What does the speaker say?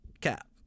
Cap